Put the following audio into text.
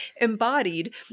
embodied